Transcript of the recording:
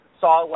saw